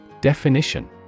Definition